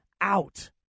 out